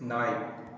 நாய்